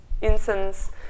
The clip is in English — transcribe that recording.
incense